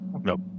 Nope